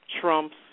trumps